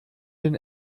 den